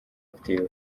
active